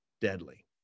deadly